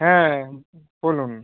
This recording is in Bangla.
হ্যাঁ বলুন